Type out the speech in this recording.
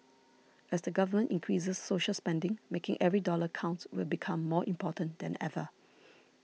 as the government increases social spending making every dollar count will become more important than ever